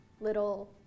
little